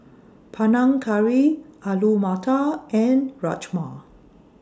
Panang Curry Alu Matar and Rajma